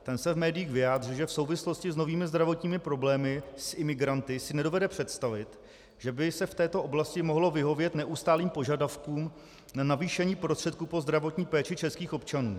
Ten se v médiích vyjádřil, že v souvislosti s novými zdravotními problémy s imigranty si nedovede představit, že by se v této oblasti mohlo vyhovět neustálým požadavkům na navýšení prostředků pro zdravotní péči českých občanů.